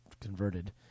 converted